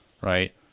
right